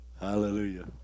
Hallelujah